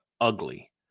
ugly